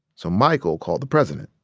so michael called the president.